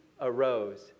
arose